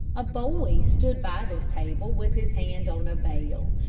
a boy stood by this table with his hand on a bell.